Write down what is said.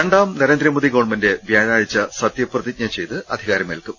രണ്ടാം നരേന്ദ്രമോദി ഗവൺമെന്റ് വ്യാഴാഴ്ച സത്യപ്രതിജ്ഞ ചെയ്ത് അധികാരമേൽക്കും